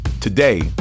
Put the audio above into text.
Today